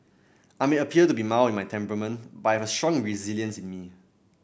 I may appear to be mild in my temperament but I have a strong resilience in me